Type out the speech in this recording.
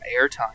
airtime